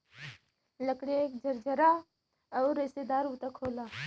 लकड़ी एक झरझरा आउर रेसेदार ऊतक होला